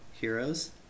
heroes